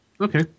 okay